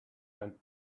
and